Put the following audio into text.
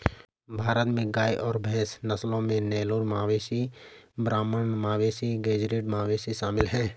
भारत में गाय और भैंस नस्लों में नेलोर मवेशी ब्राह्मण मवेशी गेज़रैट मवेशी शामिल है